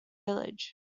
village